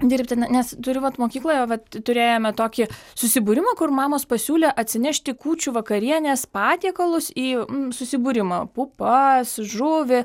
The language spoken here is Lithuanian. dirbtina nes turiu vat mokykloje vat turėjome tokį susibūrimą kur mamos pasiūlė atsinešti kūčių vakarienės patiekalus į susibūrimą pupa žuvį